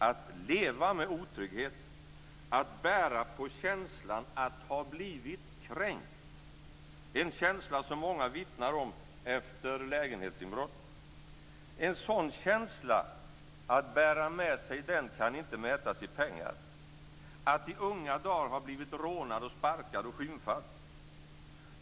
Att leva med otrygghet, att bära på känslan av att ha blivit kränkt, en känsla som många vittnar om efter lägenhetsinbrott, att i unga dagar ha blivit rånad, sparkad och skymfad, kan inte mätas i pengar.